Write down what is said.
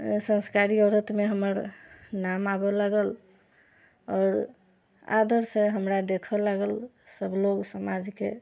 संस्कारी औरतमे हमर नाम आबऽ लागल आओर आदरसँ हमरा देखऽ लागल सब लोग समाजके